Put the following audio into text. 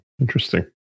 interesting